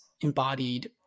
embodied